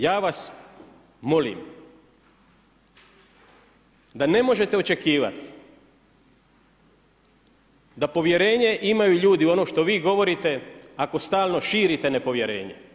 Ja vas molim, da ne možete očekivati da povjerenje imaju ljudi u ono što vi govorite ako stalno širite nepovjerenje.